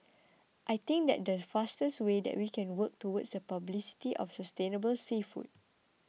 I think that's the faster way that we can work towards publicity of sustainable seafood